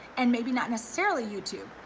and maybe not necessarily youtube,